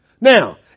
Now